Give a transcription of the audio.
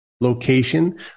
location